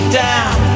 down